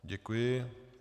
Děkuji.